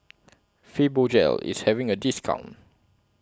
Fibogel IS having A discount